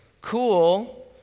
Cool